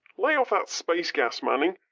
lay off that space gas, manning.